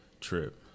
trip